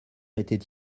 était